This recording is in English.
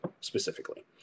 specifically